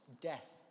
Death